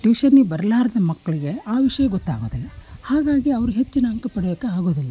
ಟ್ಯೂಷನ್ನಿಗೆ ಬರಲಾರದ ಮಕ್ಕಳಿಗೆ ಆ ವಿಷಯ ಗೊತ್ತಾಗೋದಿಲ್ಲ ಹಾಗಾಗಿ ಅವರು ಹೆಚ್ಚಿನ ಅಂಕ ಪಡೆಯೋಕ್ಕೆ ಆಗೋದಿಲ್ಲ